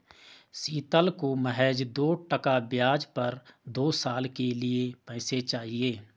शीतल को महज दो टका ब्याज पर दो साल के लिए पैसे चाहिए